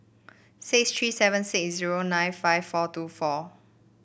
six three seven six zero nine five four two four